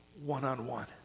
one-on-one